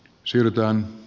siltaa